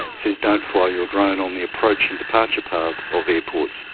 so don't fly your drone on the approach and departure paths of airports.